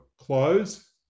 close